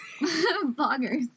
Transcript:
bloggers